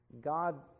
God